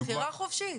בחירה חופשית.